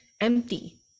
empty